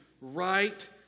right